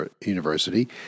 University